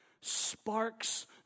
sparks